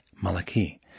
Malachi